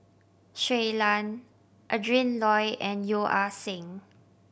Shui Lan Adrin Loi and Yeo Ah Seng